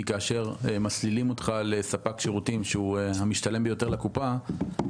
כי כאשר מסלילים אותך לספק שירותים שהוא המשתלם ביותר לקופה,